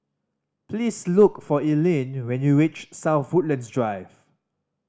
please look for Ellyn when you reach South Woodlands Drive